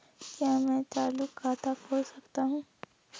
क्या मैं चालू खाता खोल सकता हूँ?